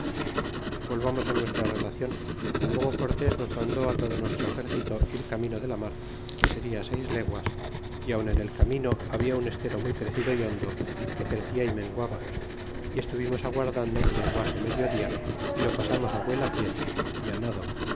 volvamos nuestra relacion que luego cortés nos mandó todo nuestro exército ir camino de la mar que seria seis leguas y aun en el camino habla un estero muy crecido y hondo que crecia y menguaba y estuvimos aguardando que menguase medio dia y lo pasamos á vuelapie é á nado